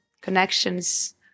connections